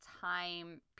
time